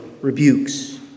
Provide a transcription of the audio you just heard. rebukes